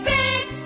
Big